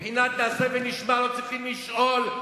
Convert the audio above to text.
מבחינת נעשה ונשמע לא צריכים לשאול,